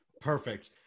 Perfect